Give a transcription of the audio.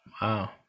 Wow